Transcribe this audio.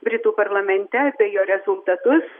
britų parlamente apie jo rezultatus